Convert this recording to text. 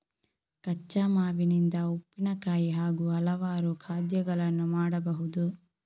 ಕಚ್ಚಾ ಮಾವಿನಿಂದ ಉಪ್ಪಿನಕಾಯಿ ಹಾಗೂ ಹಲವಾರು ಖಾದ್ಯಗಳನ್ನು ಮಾಡಬಹುದು